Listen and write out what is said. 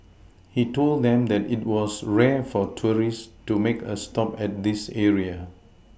he told them that it was rare for tourists to make a stop at this area